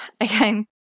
again